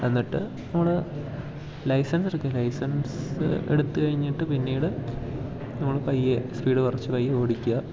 എന്നിട്ട് നമ്മൾ ലൈസൻസ് എടുക്കുക ലൈസൻസ് എടുത്ത് കഴിഞ്ഞിട്ട് പിന്നീട് നമ്മൾ പയ്യെ സ്പീഡ് കുറച്ച് പയ്യെ ഓടിക്കുക